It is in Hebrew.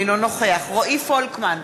אינו נוכח רועי פולקמן,